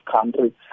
country